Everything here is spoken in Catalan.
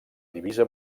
divisa